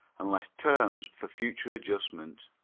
and left terms for future adjustment.